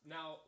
Now